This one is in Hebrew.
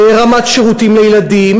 רמת שירותים לילדים,